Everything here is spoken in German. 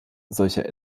solcher